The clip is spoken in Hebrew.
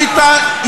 אתה מתגעגע אלינו.